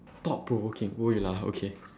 thought provoking !oi! lah okay